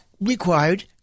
required